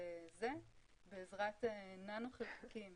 בעזרת ננו חלקיקים